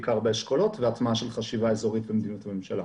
בעיקר באשכולות והטמעה של חשיבה אזורית ומדיניות הממשלה.